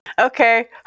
okay